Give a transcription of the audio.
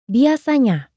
Biasanya